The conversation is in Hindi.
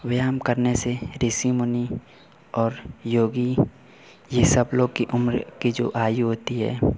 व्यायाम करने से ऋषि मुनि और योगी ये सब लोग की उम्र की जो आयु होती है